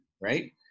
Right